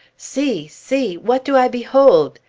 see! see! what do i behold?